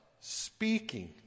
speaking